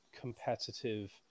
competitive